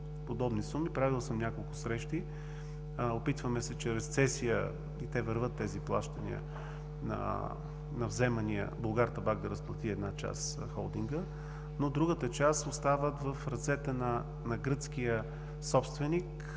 подобни суми. Правил съм няколко срещи. Опитваме се чрез цесия – и те вървят тези плащания, на вземания – „Булгартабак холдинг“ да изплати една част, но другата част остават в ръцете на гръцкия собственик,